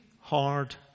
hard